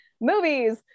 Movies